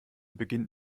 beginnt